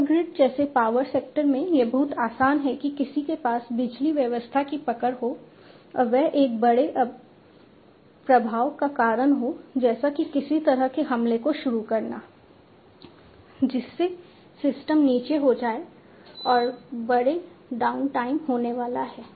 power grid जैसे power sector में यह बहुत आसान है कि किसी के पास बिजली व्यवस्था की पकड़ हो और वह एक बड़े प्रभाव का कारण हो जैसे कि किसी तरह के हमले को शुरू करना जिससे सिस्टम नीचे हो जाए और बड़े डाउनटाइम होने वाला है